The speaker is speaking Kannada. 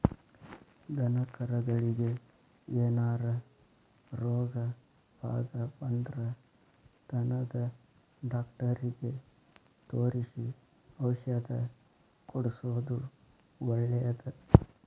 ದನಕರಗಳಿಗೆ ಏನಾರ ರೋಗ ಪಾಗ ಬಂದ್ರ ದನದ ಡಾಕ್ಟರಿಗೆ ತೋರಿಸಿ ಔಷಧ ಕೊಡ್ಸೋದು ಒಳ್ಳೆದ